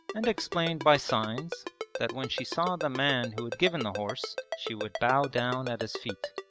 and explained by signs that when she saw the man who had given the horse, she would bow down at his feet.